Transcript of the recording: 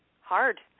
hard